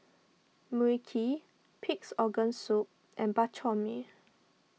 Mui Kee Pig's Organ Soup and Bak Chor Mee